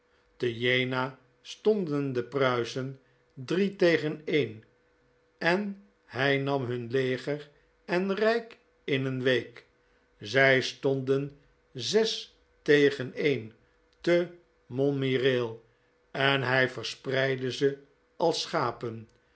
te jena stonden de pruisen drie tegen een en hij nam hun leger en rijk in een week zij stonden zes tegen een te montmirail en hij verspreidde ze als schapen